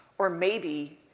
or maybe,